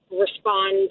respond